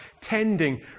Tending